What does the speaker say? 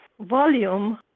volume